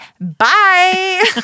bye